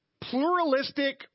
pluralistic